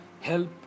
help